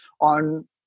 on